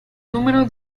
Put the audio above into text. número